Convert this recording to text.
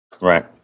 right